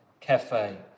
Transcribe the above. cafe